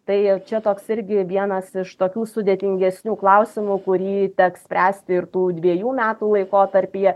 tai čia toks irgi vienas iš tokių sudėtingesnių klausimų kurį teks spręsti ir tų dviejų metų laikotarpyje